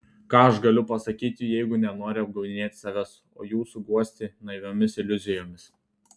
ką aš galiu pasakyti jeigu nenoriu apgaudinėti savęs o jūsų guosti naiviomis iliuzijomis